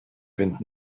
fynd